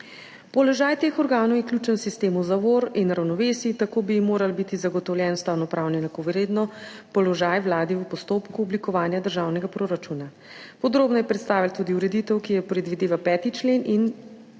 Položaj teh organov je ključen v sistemu zavor in ravnovesij, tako bi jim moral biti zagotovljen ustavnopravno enakovredno položaj vladi v postopku oblikovanja državnega proračuna. Podrobneje je predstavila tudi ureditev, ki jo predvideva 5. člen in ni naravnana